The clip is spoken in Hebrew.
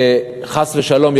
חס ושלום,